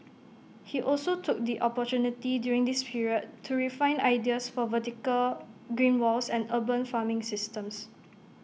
he also took the opportunity during this period to refine ideas for vertical green walls and urban farming systems